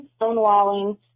stonewalling